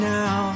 now